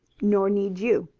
nor need you.